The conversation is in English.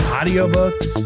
audiobooks